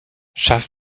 schafft